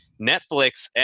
Netflix